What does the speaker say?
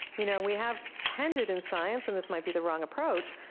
you know, we have tended in science, and this might be the wrong approach,